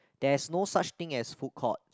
there's no such thing as food court